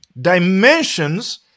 Dimensions